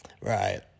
right